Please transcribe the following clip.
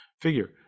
figure